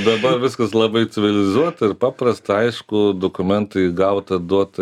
dabar viskas labai civilizuota ir paprasta aišku dokumentai gauta duota